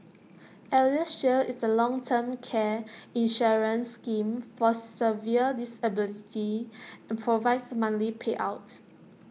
eldershield is A long term care insurance scheme for severe disability and provides monthly payouts